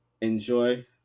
enjoy